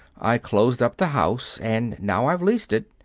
i closed up the house, and now i've leased it.